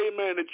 amen